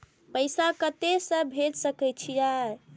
पैसा कते से भेज सके छिए?